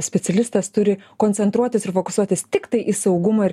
specialistas turi koncentruotis ir fokusuotis tiktai į saugumo ir